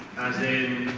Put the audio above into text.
as in?